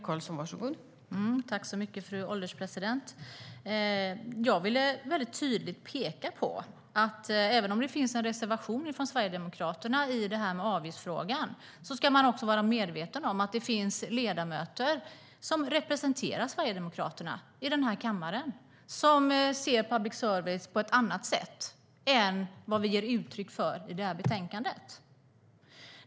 Fru ålderspresident! Jag ville tydligt peka på att även om det finns en reservation från Sverigedemokraterna i avgiftsfrågan ska man vara medveten om att det finns ledamöter som representerar Sverigedemokraterna i kammaren som ser på public service på ett annat sätt än vad vi ger uttryck för i betänkandet.